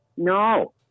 No